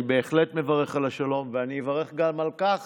אני בהחלט מברך על השלום, ואני אברך גם על כך